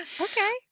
Okay